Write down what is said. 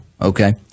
Okay